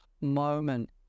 moment